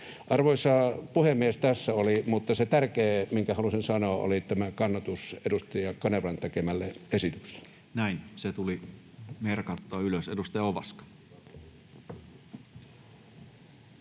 Arvoisa puhemies! Tässä oli puheeni. Mutta se tärkeä asia, minkä halusin sanoa, oli kannatus edustaja Kanervan tekemälle esitykselle. Näin. Se tuli merkattua ylös. — Edustaja Ovaska.